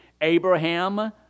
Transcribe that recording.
Abraham